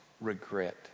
regret